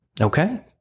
Okay